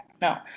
No